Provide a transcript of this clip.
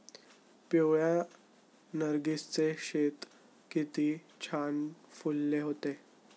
पिवळ्या नर्गिसचे शेत किती छान फुलले होते